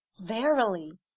verily